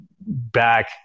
back